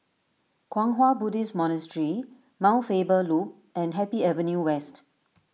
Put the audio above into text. Kwang Hua Buddhist Monastery Mount Faber Loop and Happy Avenue West